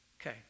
Okay